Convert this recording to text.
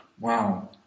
wow